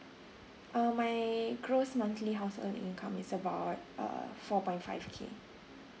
um my gross monthly household income is about uh four point five K